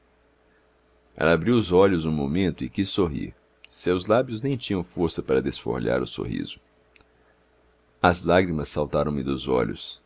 ela abriu os olhos um momento e quis sorrir seus lábios nem tinham força para desfolhar o sorriso as lágrimas saltaram me dos olhos